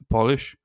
Polish